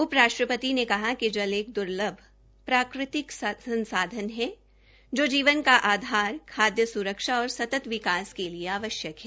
उप राष्ट्रपति ने कहा कि जल एक द्लर्भ प्राकृतिक संसाधन है जो जीवन का आधार खाद्य स्रक्षा और सतत विकास के लिए आवश्यक है